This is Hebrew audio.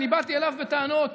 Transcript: אני באתי אליו בטענות